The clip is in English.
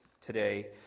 today